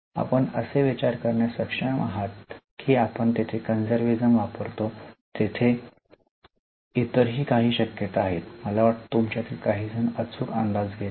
आपण असे विचार करण्यास सक्षम आहात की आपण तेथे conservatism वापरतो तेथे इतरही काही शक्यता आहेत मला वाटतं तुमच्यातील काही जण अचूक अंदाज लावत आहेत